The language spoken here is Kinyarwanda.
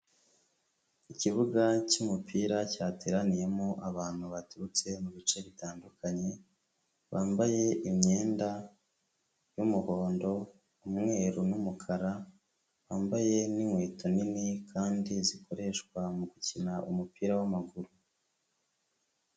Ikibuga cy’umupira cyateraniyemo abantu baturutse mubice bitandukanye bambaye imyenda y’umuhondo, umweru n’umukara bambaye n'inkweto nini kandi zikoreshwa mugukina umupira w’amaguru.